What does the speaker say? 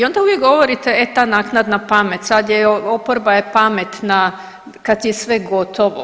I onda uvijek govorite e ta naknadna pamet, sad je oporba je pametna kad je sve gotovo.